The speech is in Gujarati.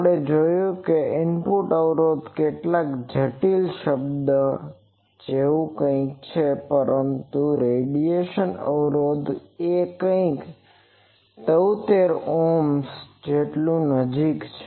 આપણે જોયું છે કે ઇનપુટ અવરોધ એ કેટલાક જટિલ શબ્દો જેવું કંઈક છે પરંતુ રેડિયેશન અવરોધ એ કંઈક 73Ω ઓહ્મ જેટલું નજીક છે